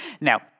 Now